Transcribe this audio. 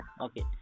Okay